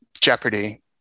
jeopardy